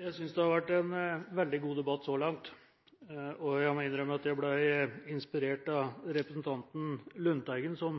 Jeg synes det har vært en veldig god debatt så langt, og jeg må innrømme at jeg ble inspirert av representanten Lundteigen, som